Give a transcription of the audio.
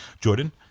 Jordan